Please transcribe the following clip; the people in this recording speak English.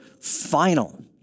final